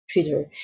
Twitter